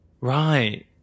Right